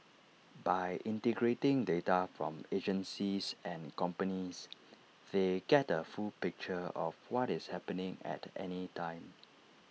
by integrating data from agencies and companies they get A full picture of what is happening at any time